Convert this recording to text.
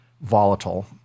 volatile –